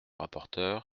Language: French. rapporteur